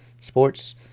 Sports